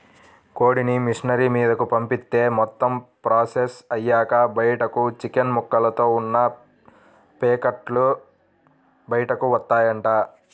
కోడిని మిషనరీ మీదకు పంపిత్తే మొత్తం ప్రాసెస్ అయ్యాక బయటకు చికెన్ ముక్కలతో ఉన్న పేకెట్లు బయటకు వత్తాయంట